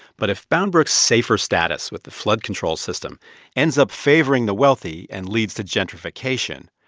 but if bound brooks' safer status with the flood control system ends up favoring the wealthy and leads to gentrification,